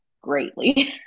greatly